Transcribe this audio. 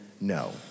no